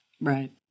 Right